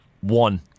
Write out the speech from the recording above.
one